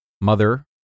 mother